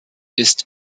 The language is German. ist